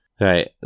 Right